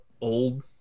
old